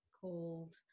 called